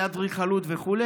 באדריכלות וכו'